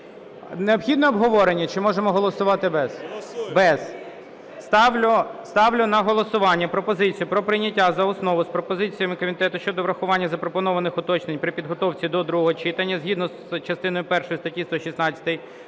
Необхідне обговорення? Чи можемо голосувати без? Без. Ставлю на голосування пропозицію про прийняття за основу з пропозиціями комітету щодо врахування запропонованих уточнень при підготовці до другого читання, згідно з частиною першою статті 116